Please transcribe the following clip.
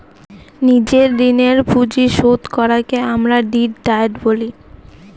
নিজের ঋণের পুঁজি শোধ করাকে আমরা ডেট ডায়েট বলি